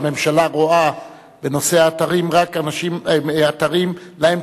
שהממשלה רואה בנושא האתרים רק אתרים שלהם